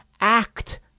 Act